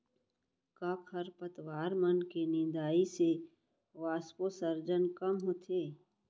का खरपतवार मन के निंदाई से वाष्पोत्सर्जन कम होथे?